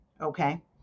okay